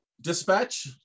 Dispatch